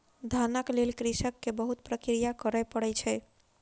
धानक लेल कृषक के बहुत प्रक्रिया करय पड़ै छै